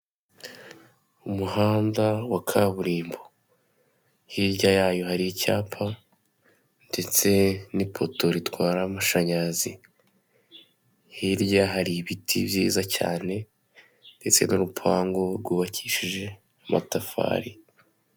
Mu masaha ya nijoro mbere yanjye ndahabona etaje y'ubucuruzi, aho hasi hari icyapa cyanditse ngo Simba Gishushu, ndabona na none icyapa kigaragaza y'uko nta parikingi ihari, hakaba hari n'intebe za parasitiki z'umuhondo ndetse n'izitukura n'utu meza twazo.